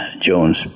Jones